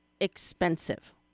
Expensive